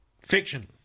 Fiction